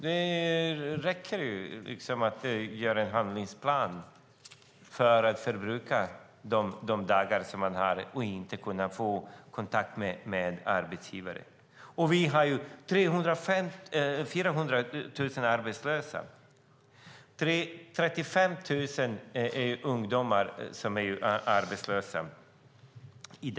Det räcker att göra en handlingsplan för att förbruka de dagar de har så att de inte kan få kontakt med arbetsgivare. Vi har 400 000 arbetslösa. Det är i dag 35 000 ungdomar som är arbetslösa.